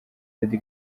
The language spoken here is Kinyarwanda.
lady